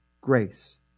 Grace